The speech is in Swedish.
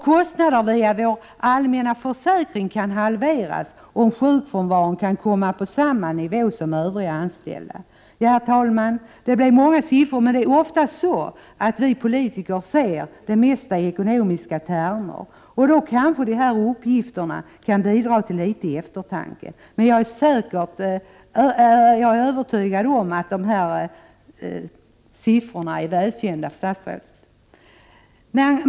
Kostnaderna via vår allmänna försäkring kan halveras om sjukfrånvaron kan komma på samma nivå som för övriga anställda. Herr talman! Det blev många siffror, men det är oftast så att vi politiker ser det mesta i ekonomiska termer, och då kanske de här uppgifterna kan bidra till litet eftertanke. Jag är emellertid övertygad om att dessa siffror är välkända för statsrådet.